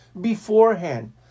beforehand